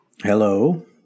Hello